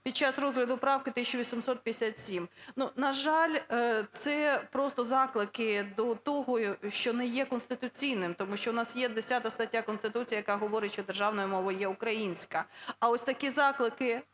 під час розгляду правки 1857. Ну, на жаль, це просто заклики до того, що не є конституційним, тому що у нас є 10 стаття Конституції, яка говорить, що державною мовою є українська. А ось такі заклики,